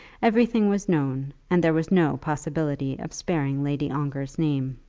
everything was known, and there was no possibility of sparing lady ongar's name.